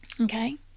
okay